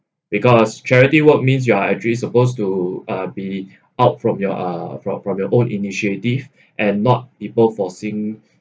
regardless charity work means you are actually suppose to uh be out from your uh from from your own initiative and not people forcing